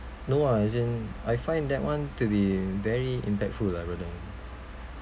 no ah as in I find that one to be very impactful lah brother